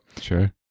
sure